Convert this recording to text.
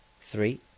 Three